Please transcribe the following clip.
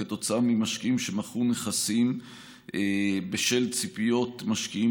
כתוצאה ממשקיעים שמכרו נכסים בשל ציפיות משקיעים